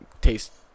taste